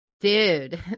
dude